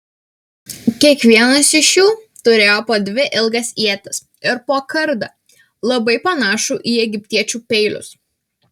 kiekvienas iš jų turėjo po dvi ilgas ietis ir po kardą labai panašų į egiptiečių peilius